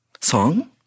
song